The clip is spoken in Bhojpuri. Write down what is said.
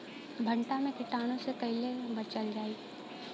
भनटा मे कीटाणु से कईसे बचावल जाई?